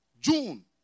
June